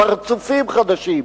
פרצופים חדשים.